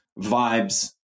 vibes